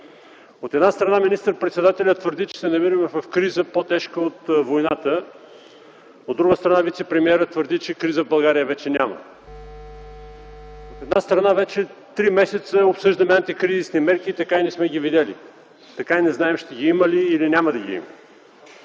От една страна, министър-председателят твърди, че се намираме в криза, по-тежка от войната. От друга страна, вицепремиерът твърди, че криза в България вече няма. От една страна, вече три месеца обсъждаме антикризисни мерки, но така и не сме ги видели, така и не знаем ще ги има ли – няма ли да ги има.